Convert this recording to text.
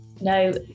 No